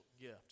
gift